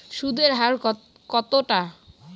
সুদের হার কতটা?